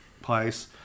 place